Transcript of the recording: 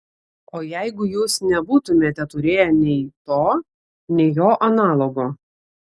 o jeigu jūs nebūtumėte turėję nei to nei jo analogo